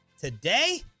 Today